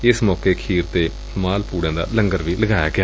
ਏਸ ਮੌਕੇ ਖੀਰ ਅਤੇ ਮਾਲ ਪੁੜਿਆਂ ਦਾ ਲੰਗਰ ਵੀ ਲਗਾਇਆ ਗਿਆ